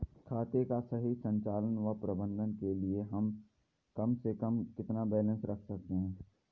खाते का सही संचालन व प्रबंधन के लिए हम कम से कम कितना बैलेंस रख सकते हैं?